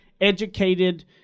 educated